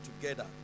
together